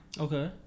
Okay